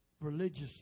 religious